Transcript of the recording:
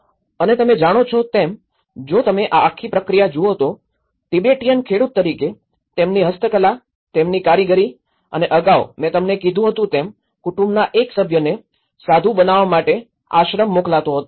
અને તમે જાણો છો એમ જો તમે આ આખી પ્રક્રિયા જુઓ તો તિબેટીયન ખેડૂત તરીકે તેમની હસ્તકલા તેમની કારીગરી અને અગાઉ મેં તમને કીધું હતું તેમ કુટુંબના એક સભ્યને સાધુ બનવા માટે આશ્રમ મોકલતો હતો